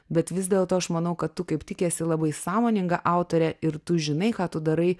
bet vis dėlto aš manau kad tu kaip tik esi labai sąmoninga autorė ir tu žinai ką tu darai